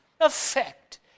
effect